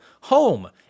home